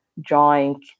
drawing